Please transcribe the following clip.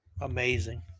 Amazing